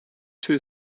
two